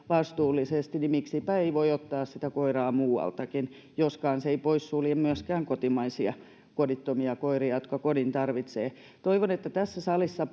vastuullisesti niin miksipä ei voi ottaa sitä koiraa muualtakin joskaan se ei poissulje myöskään kotimaisia kodittomia koiria jotka kodin tarvitsevat toivon että tässä salissa